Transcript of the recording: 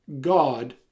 God